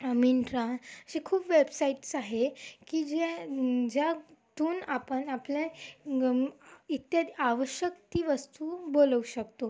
मिंट्रा असे खूप वेबसाईट्स आहे की जे ज्यातून आपण आपल्या इथे आवश्यक ती वस्तू बोलवू शकतो